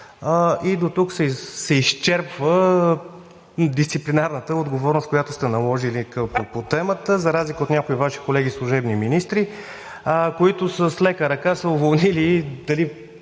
и дотук се изчерпва дисциплинарната отговорност, която сте наложили по темата, за разлика от някои Ваши колеги – служебни министри, които с лека ръка са уволнили, дали